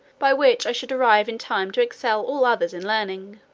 by which i should arrive in time to excel all others in learning.